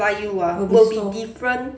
will be